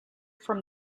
from